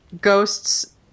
ghosts